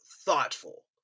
thoughtful